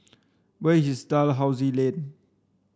where is Dalhousie Lane